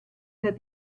that